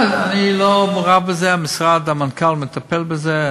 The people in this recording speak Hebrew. אני לא מעורב בזה, המשרד, המנכ"ל מטפל בזה.